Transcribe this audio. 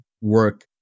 work